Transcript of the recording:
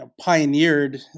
pioneered